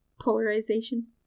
polarization